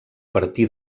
partir